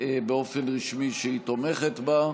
באופן רשמי שהיא תומכת בה.